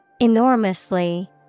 Enormously